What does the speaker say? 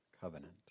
covenant